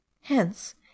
hence